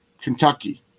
Kentucky